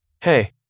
hey